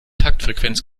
taktfrequenz